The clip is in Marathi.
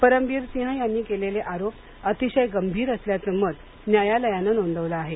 परमबीर सिंह यांनी केलेले आरोप अतिशय गंभीर असल्याचं मत न्यायालयानं नोंदवलं आहे